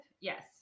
Yes